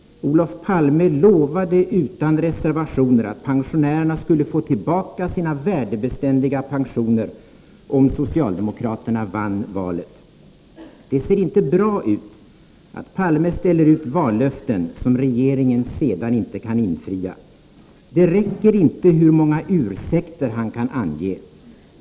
Olof Palme lovade utan reservationer att pensionärerna skulle få tillbaka sina värdebeständiga pensioner om socialdemokraterna vann valet.”—--- Det ser inte bra ut att Palme ställer ut vallöften som regeringen sedan inte kan infria. Det räcker inte hur många ursäkter han kan ange.